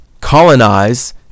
colonize